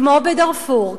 כמו בדארפור,